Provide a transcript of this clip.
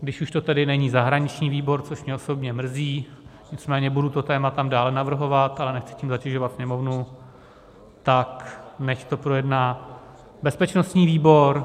Když už to není zahraniční výbor, což mě osobně mrzí, nicméně budu to téma tam dále navrhovat, ale nechci s tím zatěžovat Sněmovnu, tak nechť to projedná bezpečnostní výbor.